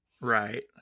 Right